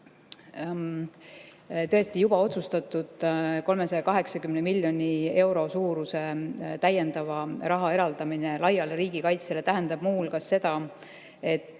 Tõesti, juba otsustatud 380 miljoni euro suuruse lisaraha eraldamine laiale riigikaitsele tähendab muu hulgas seda, et